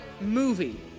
movie